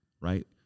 Right